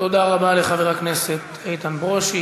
תודה רבה לחבר הכנסת איתן ברושי.